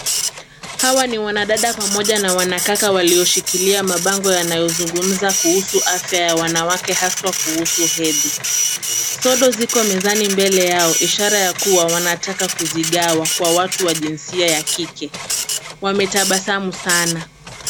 Hawa ni wanadada pamoja na wanakaka walioshikilia mabango yanayozungumza kuhusu afya ya wanawake haswa kuhusu hedhi. Sodo ziko mezani mbele yao ishara ya kuwa wanataka kuzigawa kwa watu wa jinsia ya kike. Wametabasamu sana.